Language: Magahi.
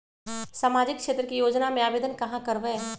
सामाजिक क्षेत्र के योजना में आवेदन कहाँ करवे?